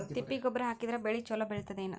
ತಿಪ್ಪಿ ಗೊಬ್ಬರ ಹಾಕಿದರ ಬೆಳ ಚಲೋ ಬೆಳಿತದೇನು?